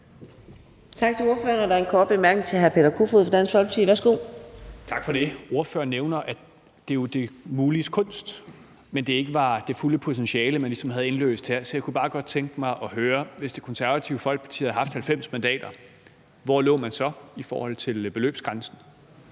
– så lå i forhold til beløbsgrænsen.